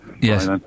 Yes